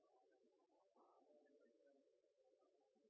det var